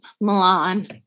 Milan